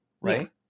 right